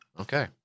Okay